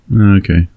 Okay